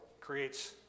creates